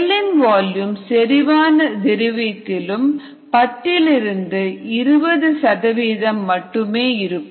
செல்லின் வால்யூம் செறிவான திரவத்திலும் 10 20 சதவிகிதம் மட்டுமே இருக்கும்